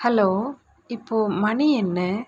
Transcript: hello இப்போ மணி என்ன